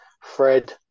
Fred